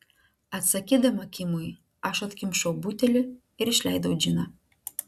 atsakydama kimui aš atkimšau butelį ir išleidau džiną